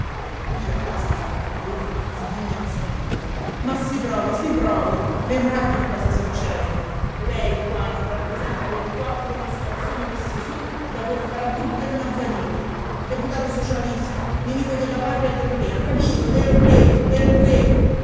la frase il cappadona sghignazzando ma si provi si provi vedrà che cosa succede lei qua non rappresenta che quattro mascalzoni messi sú da quel farabutto del mazzarini deputato socialista nemico della patria e del re ha capito del re del re